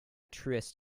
truest